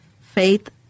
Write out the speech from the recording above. faith